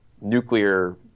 nuclear